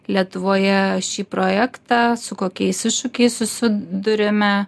lietuvoje šį projektą su kokiais iššūkiais susiduriame